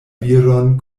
viron